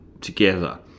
together